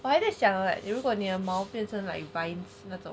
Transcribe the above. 我还在想 like 如果你的毛变成 like 白痴那种